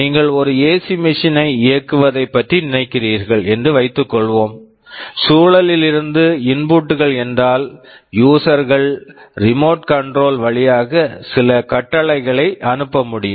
நீங்கள் ஒரு AC machine AC machine ஐ இயக்குவதை பற்றி நினைக்கிறீர்கள் என்று வைத்து கொள்வோம் சூழலில் இருந்து இன்புட் input கள் என்றால் யூஸர் user கள் ரிமோட் கண்ட்ரோல் remote control வழியாக சில கட்டளைகளை அனுப்ப முடியும்